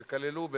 וכללו,